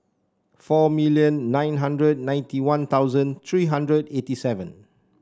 four million nine hundred ninety One Thousand three hundred eighty seven